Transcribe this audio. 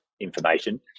information